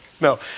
No